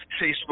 Facebook